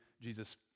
Jesus